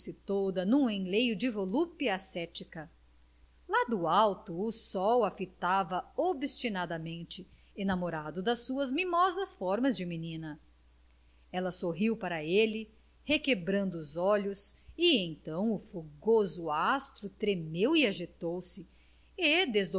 toda num enleio de volúpia ascética lá do alto o sol a fitava obstinadamente enamorado das suas mimosas formas de menina ela sorriu para ele requebrando os olhos e então o fogoso astro tremeu e agitou-se e